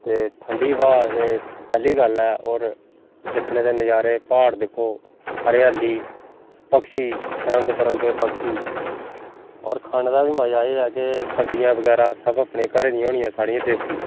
ते ठंडी हवा दे पैह्ली गल्ल ऐ होर दिक्खने दे नज़ारे प्हाड़ दिक्खो हरेयाली पक्षी रंग बिरंगे पक्षी होर खाने दा बी मज़ा एह् ऐ केह् सब्जी बगैर सब अपने करा दी होनियां देसी